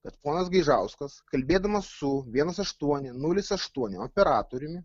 kad ponas gaižauskas kalbėdamas su vienas aštuoni nulis aštuoni operatorium